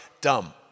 dumb